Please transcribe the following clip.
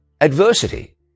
adversity